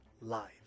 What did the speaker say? Live